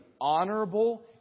honorable